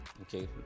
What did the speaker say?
Okay